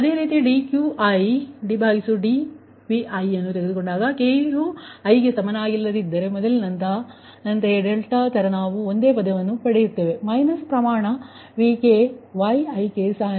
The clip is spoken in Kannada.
ಅದೇ ರೀತಿ dQidVi ಭಾಗವಹಿಸಿದರೆ k ಯು i'ಗೆ ಸಮನಾಗಿಲ್ಲದಿದ್ದರೆ ಮೊದಲಿನಂತೆಯೇ ಡೆಲ್ಟಾ ತರಹ ನಾವು ಒಂದೇ ಪದವನ್ನು ಪಡೆಯುತ್ತೇವೆ ಮೈನಸ್ ಪ್ರಮಾಣ VkYik ik ik